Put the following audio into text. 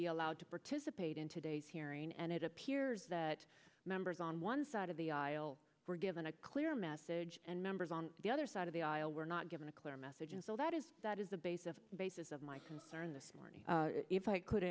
be allowed to participate in today's hearing and it appears that members on one side of the aisle were given a clear message and members on the other side of the aisle were not given a clear message and so that is that is the basis of the basis of my concern this morning if i could